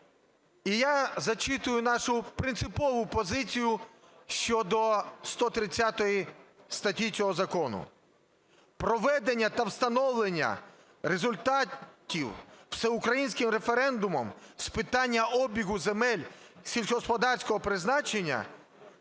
І я зачитую нашу принципову позицію щодо 130 статті цього закону. "Проведення та встановлення результатів всеукраїнським референдумом з питання обігу земель сільськогосподарського призначення –